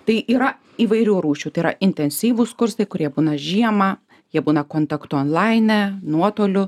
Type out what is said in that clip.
tai yra įvairių rūšių tai yra intensyvūs kursai kurie būna žiemą jie būna kontaktu onlaine nuotoliu